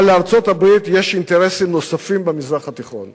אבל לארצות-הברית יש אינטרסים נוספים במזרח התיכון,